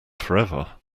forever